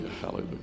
hallelujah